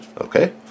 Okay